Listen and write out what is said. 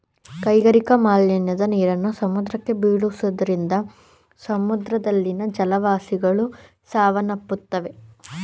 ಕೈಗಾರಿಕಾ ಮಾಲಿನ್ಯದ ನೀರನ್ನು ಸಮುದ್ರಕ್ಕೆ ಬೀಳುತ್ತಿರುವುದರಿಂದ ಸಮುದ್ರದಲ್ಲಿನ ಜಲವಾಸಿಗಳು ಸಾವನ್ನಪ್ಪುತ್ತಿವೆ